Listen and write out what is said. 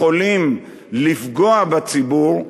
יכולים לפגוע בציבור.